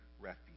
refuge